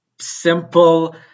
simple